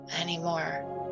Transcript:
anymore